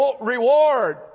reward